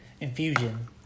Infusion